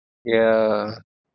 yeah